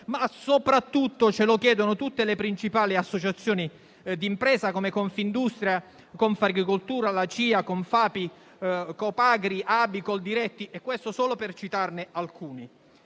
ma soprattutto ce lo chiedono tutte le principali associazioni di impresa come Confindustria, Confagricoltura, la CIA, Confapi, Copagri, ABI e Coldiretti solo per citarne alcuni.